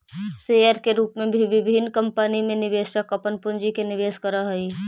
share के रूप में विभिन्न कंपनी में निवेशक अपन पूंजी के निवेश करऽ हइ